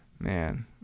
man